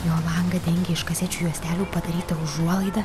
jo langą dengė iš kasečių juostelių padaryta užuolaida